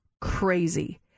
crazy